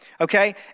Okay